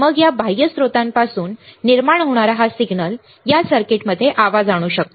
मग या बाह्य स्त्रोतापासून निर्माण होणारा हा सिग्नल या सर्किटमध्ये आवाज आणू शकतो